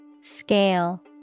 Scale